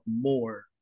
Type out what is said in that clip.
more